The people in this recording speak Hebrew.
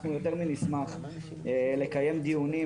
אנחנו יותר מנשמח לקיים דיונים,